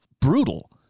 brutal